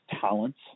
talents